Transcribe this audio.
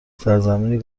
سرزمینی